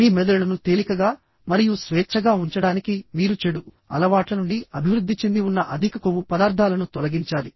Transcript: మీ మెదడును తేలికగా మరియు స్వేచ్ఛగా ఉంచడానికి మీరు చెడు అలవాట్ల నుండి అభివృద్ధి చెందివున్న అధిక కొవ్వు పదార్ధాలను తొలగించాలి